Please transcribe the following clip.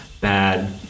bad